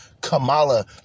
Kamala